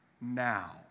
now